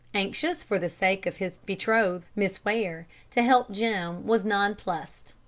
anxious, for the sake of his betrothed, miss ware, to help jim, was nonplussed.